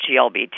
GLBT